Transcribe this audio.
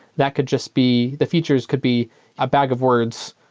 that could just be the features could be a bag of words,